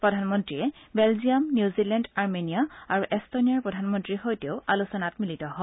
প্ৰধানমন্ত্ৰীয়ে Belgium New Zealand Armenia আৰু এট্টনিয়াৰ প্ৰধানমন্ত্ৰীৰ সৈতেও আলোচনাত মিলিত হয়